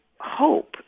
hope